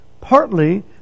partly